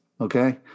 Okay